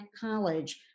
college